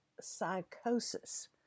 psychosis